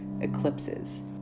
eclipses